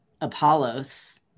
Apollos